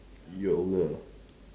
you're over